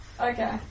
Okay